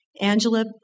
Angela